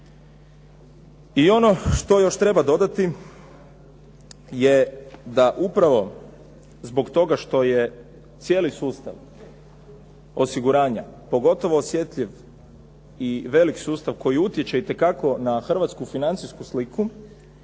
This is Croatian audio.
I ono što još treba dodati je da upravo zbog toga što je cijeli sustav osiguranja, pogotovo osjetljiv i veliki sustav koji utječe itekako na hrvatsku financijsku sliku